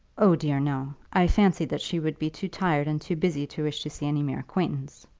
oh, dear, no. i fancied that she would be too tired and too busy to wish to see any mere acquaintance.